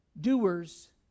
doers